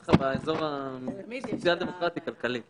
אותך באזור הסוציאל-דמוקרטי כלכלי,